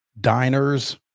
diners